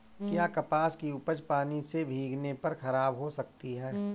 क्या कपास की उपज पानी से भीगने पर खराब हो सकती है?